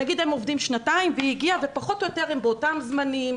נגיד הם עובדים שנתיים והיא הגיעה ופחות או יותר הם באותם זמנים,